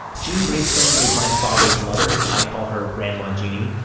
jean greenspan is my father's mother. i call her grandma jeanie.